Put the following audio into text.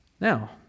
Now